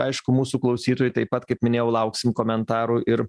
aišku mūsų klausytojai taip pat kaip minėjau lauksim komentarų ir